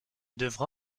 devra